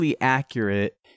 accurate